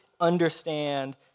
understand